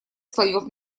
слоев